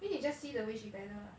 think you just see the way she pedal